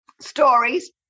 stories